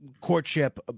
courtship